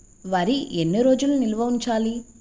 వరి ఎన్ని రోజులు నిల్వ ఉంచాలి?